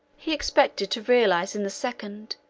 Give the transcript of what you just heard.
he expected to realize in the second,